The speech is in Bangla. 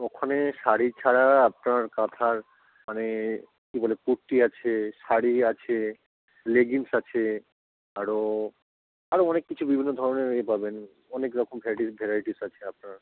ওখানে শাড়ি ছাড়া আপনার কাঁথার মানে কী বলে কুর্তি আছে শাড়ি আছে লেগিন্স আছে আরো আরো অনেক কিছু বিভিন্ন ধরনের এ পাবেন অনেক রকম ভ্যারিস ভ্যারাইটিস আছে আপনার